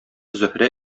зөһрә